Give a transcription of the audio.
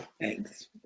Thanks